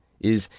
is,